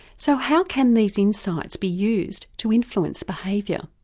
so how can these insights be used to influence behaviour?